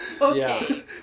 Okay